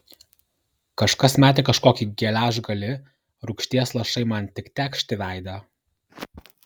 kažkas metė kažkokį geležgalį rūgšties lašai man tik tekšt į veidą